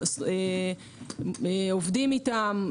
עובדים איתם,